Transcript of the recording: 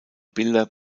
bilder